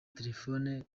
telefone